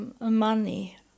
money